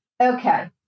Okay